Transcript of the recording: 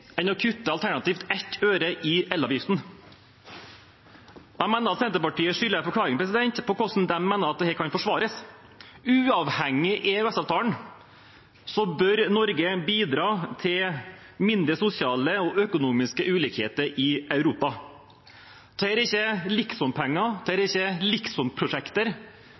enn å kutte alternativt ett øre i elavgiften. Jeg mener at Senterpartiet skylder oss en forklaring på hvordan de mener at dette kan forsvares. Uavhengig av EØS-avtalen bør Norge bidra til mindre sosiale og økonomiske ulikheter i Europa. Dette er ikke liksompenger, dette er ikke